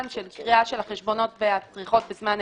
של קריאה של החשבונות והצריכות בזמן אמת.